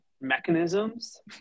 mechanisms